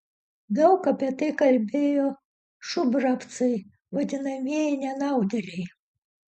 daug apie tai kalbėjo šubravcai vadinamieji nenaudėliai